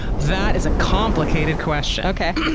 that is a complicated question.